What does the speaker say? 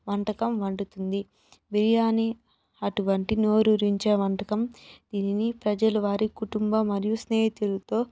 వంటకం వండుతుంది బిర్యానీ అటువంటి నోరూరించే వంటకం దీనిని ప్రజల వారి కుటుంబ మరియు స్నేహితులతో